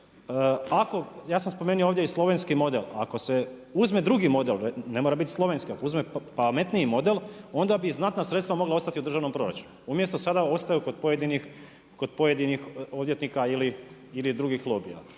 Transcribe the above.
ako ja sam spomenuo ovdje i slovenski model, ako se uzme drugi model, ne mora bit slovenski, ako uzme pametniji model onda bi znatna sredstva mogla ostati u državnom proračunu umjesto sada ostaju kod pojedinih odvjetnika ili drugih lobija.